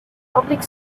public